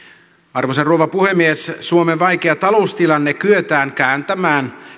arvoisa rouva puhemies suomen vaikea taloustilanne kyetään kääntämään